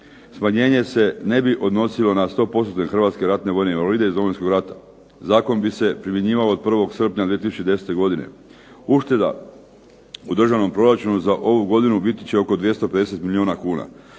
Smanjenje se ne bi odnosilo na 100%-ne hrvatske ratne vojne invalide iz Domovinskog rata. Zakon bi se primjenjivao od 01. srpnja 2010. godine. Ušteda u Državnom proračunu za ovu godinu biti će oko 250 milijuna kuna.